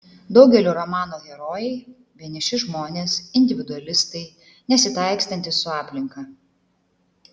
daugelio romanų herojai vieniši žmonės individualistai nesitaikstantys su aplinka